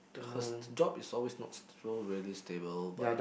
her s~ job is always not so really stable but